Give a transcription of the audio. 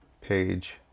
page